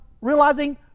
realizing